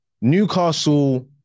Newcastle